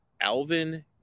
Alvin